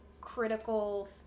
critical